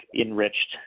enriched